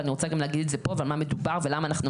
ואני רוצה גם להגיד את זה פה על מה מדובר ולמה אנחנו